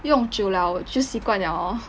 用久 liao 就习惯 liao lor